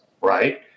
right